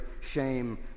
shame